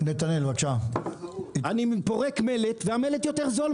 אני פורק מלט והמלט יותר זול.